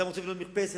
אדם רוצה לבנות מרפסת,